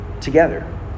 together